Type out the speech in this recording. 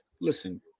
listen